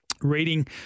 Reading